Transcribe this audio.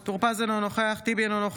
משה טור פז, אינו נוכח אחמד טיבי,